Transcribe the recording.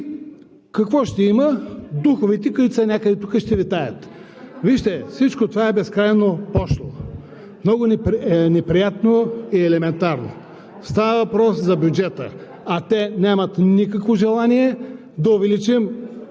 какво ще има? Духовете, които са някъде тук, ще витаят. Вижте, всичко това е безкрайно пошло, много е неприятно и елементарно. Става въпрос за бюджета, а те нямат никакво желание да увеличим